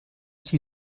die